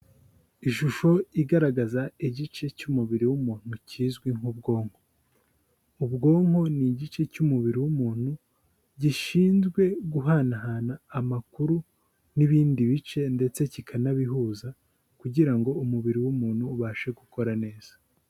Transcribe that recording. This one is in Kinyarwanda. Ishusho igaragaza igice cy'umubiri w'umuntu kizwi nk'ubwonko, ubwonko ni igice cy'umubiri w'umuntu gishinzwe guhanahana amakuru n'ibindi bice ndetse kikanabihuza kugira ngo umubiri w'umuntu ubashe gukora neza.